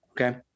okay